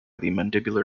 mandibular